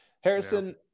Harrison